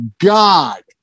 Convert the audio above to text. God